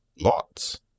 Lots